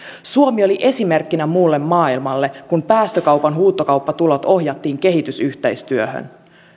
suomi oli esimerkkinä muulle maailmalle kun päästökaupan huutokauppatulot ohjattiin kehitysyhteistyöhön